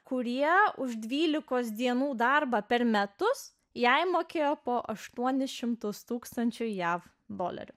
kurie už dvylikos dienų darbą per metus jai mokėjo po aštuonis šimtus tūkstančių jav dolerių